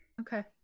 Okay